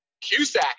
Cusack